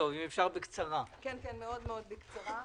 מאוד מאוד בקצרה.